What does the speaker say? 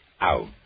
out